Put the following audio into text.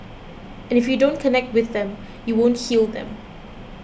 and if you don't connect with them you won't heal them